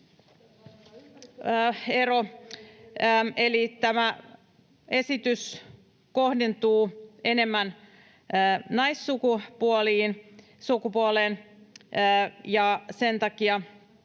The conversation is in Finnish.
tämä esitys kohdentuu enemmän naissukupuoleen, ja sen takia